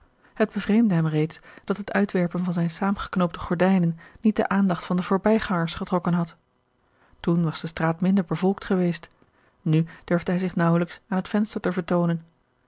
het bevreemdde hem reeds dat het uitwerpen van zijne zaâmgeknoopte gordijnen niet de aandacht van de voorbijgangers getrokken had toen was de straat minder bevolkt geweest nu durfde hij zich naauwelijks aan het venster vertoonen